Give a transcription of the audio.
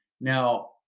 Now